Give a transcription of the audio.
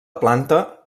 planta